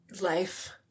Life